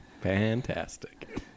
Fantastic